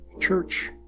church